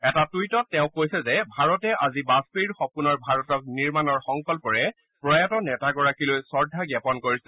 এটা টুইটত তেওঁ কৈছ যে ভাৰতে আজি বাজপেয়ীৰ সপোনৰ ভাৰতক নিৰ্মাণৰ সংকল্পৰে প্ৰয়াত নেতাগৰাকীলৈ শ্ৰদ্ধা জ্ঞাপন কৰিছে